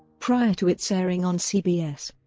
prior to its airing on cbs,